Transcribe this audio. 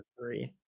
three